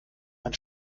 mein